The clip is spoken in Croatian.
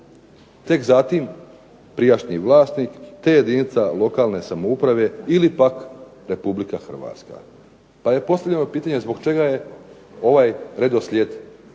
Tek zatim prijašnji vlasnik, te jedinica lokalne samouprave ili pak Republika Hrvatska. Pa je postavljeno pitanje zbog čega je ovaj redoslijed prioriteta